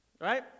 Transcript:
right